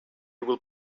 will